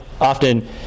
often